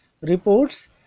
reports